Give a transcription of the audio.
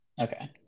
Okay